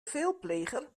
veelpleger